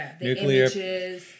nuclear